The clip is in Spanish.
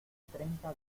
treinta